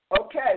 Okay